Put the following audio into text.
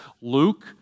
Luke